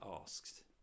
asked